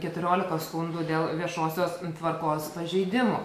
keturiolika skundų dėl viešosios tvarkos pažeidimų